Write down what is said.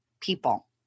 people